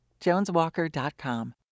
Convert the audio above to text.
JonesWalker.com